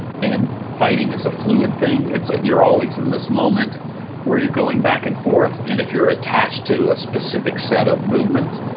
and fighting is a fluid thing. ah you're always in this moment where you're going back and forth. and if you're attached to a specific set of movements,